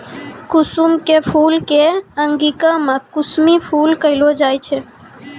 कुसुम के फूल कॅ अंगिका मॅ कुसमी फूल कहलो जाय छै